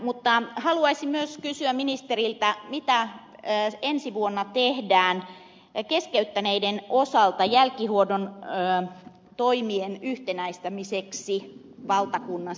mutta haluaisin myös kysyä ministeriltä mitä ensi vuonna tehdään keskeyttäneiden osalta jälkihoidon toimien yhtenäistämiseksi valtakunnassa